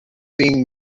being